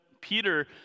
Peter